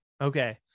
okay